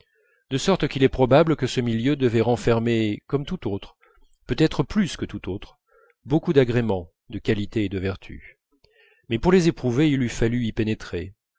de sorte qu'il est probable que ce milieu devait renfermer comme tout autre peut-être plus que tout autre beaucoup d'agréments de qualités et de vertus mais pour les éprouver il eût fallu y pénétrer